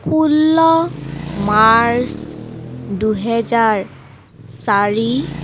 ষোল্ল মাৰ্চ দুহেজাৰ চাৰি